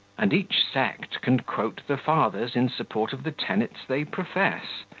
and each sect can quote the fathers in support of the tenets they profess.